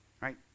right